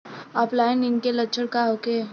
ऑफलाइनके लक्षण का होखे?